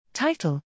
Title